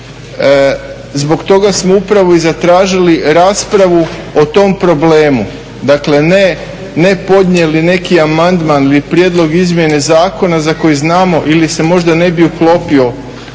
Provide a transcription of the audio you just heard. Zbog toga smo upravo i zatražili raspravu o tom problemu. Dakle, ne podnijeli neki amandman ili prijedlog izmjene zakona za koji znamo ili se možda ne bi uklopio